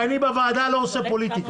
ואני בוועדה לא עושה פוליטיקה.